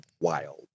wild